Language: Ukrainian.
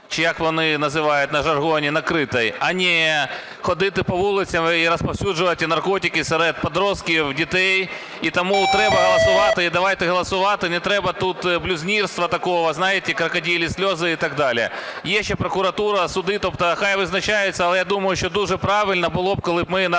чи як вони називають на жаргоне, "на крытой", а не ходити по вулицях і розповсюджувати наркотики серед підлітків, дітей. І тому треба голосувати і давайте голосувати. Не треба тут блюзнірства такого, знаєте, "крокодильи слезы" и так далее. Є ще прокуратура, суди, тобто хай визначаються, але я думаю, що дуже правильно було б, коли ми наркодилерів